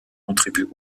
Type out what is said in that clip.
contribue